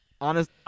Honest